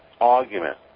argument